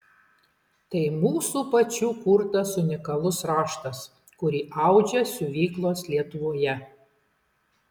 tai mūsų pačių kurtas unikalus raštas kurį audžia siuvyklos lietuvoje